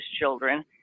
children